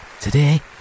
Today